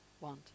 want